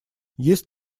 есть